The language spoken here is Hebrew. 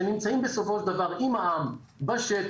שנמצאים בסופו של דבר עם העם השטח,